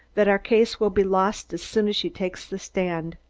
that our case will be lost as soon as she takes the stand.